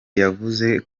yavuze